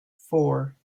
four